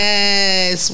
Yes